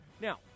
Now